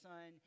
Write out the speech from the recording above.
Son